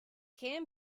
can